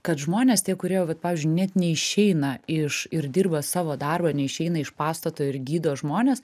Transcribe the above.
kad žmonės tie kurie vat pavyzdžiui net neišeina iš ir dirba savo darbą neišeina iš pastato ir gydo žmones